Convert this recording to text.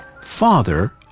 father